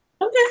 okay